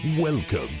welcome